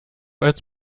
als